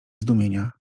zdumienia